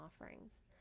offerings